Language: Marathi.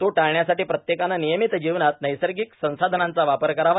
तो टाळण्यासाठी प्रत्येकाने र्निर्यामत जीवनात नैर्सागक संसाधनाचा वापर करावा